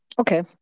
okay